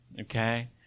okay